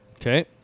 Okay